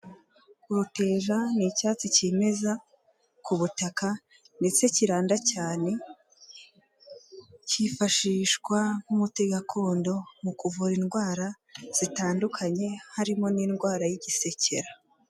Uruteja ni icyatsi kimeza ku butaka, ndetse kiranda cyane, cyifashishwa nk'umuti gakondo mu kuvura indwara zitandukanye, harimo n'indwara y'igisekera.